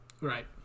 Right